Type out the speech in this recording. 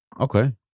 Okay